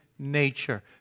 Nature